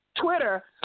Twitter